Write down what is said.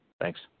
thanks